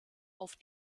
auf